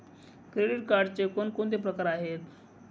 Credit कार्डचे कोणकोणते प्रकार आहेत?